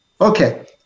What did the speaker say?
Okay